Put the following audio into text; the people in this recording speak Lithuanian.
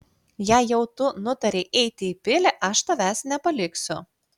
jei jau tu nutarei eiti į pilį aš tavęs nepaliksiu